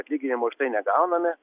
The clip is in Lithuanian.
atlyginimo už tai negauname